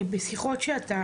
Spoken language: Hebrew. בשיחות שאתה,